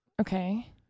Okay